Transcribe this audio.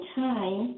time